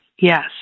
Yes